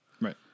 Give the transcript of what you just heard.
Right